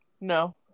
No